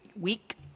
week